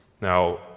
Now